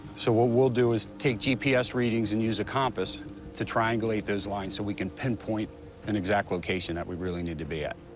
so what we'll do is take gps readings and use a compass to triangulate those lines, so we can pinpoint an exact location that we really need to be at.